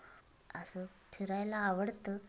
असं फिरायला आवडतं